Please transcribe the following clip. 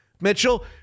Mitchell